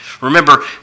Remember